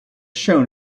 shown